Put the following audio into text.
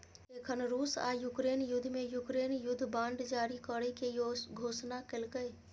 एखन रूस आ यूक्रेन युद्ध मे यूक्रेन युद्ध बांड जारी करै के घोषणा केलकैए